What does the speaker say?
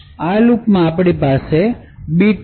આ લૂપમાં આપણી પાસે બીટ છે